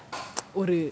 ஒரு:oru